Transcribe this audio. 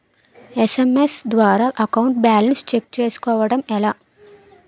SMS ద్వారా account balance check చేసుకోవటం ఎలా?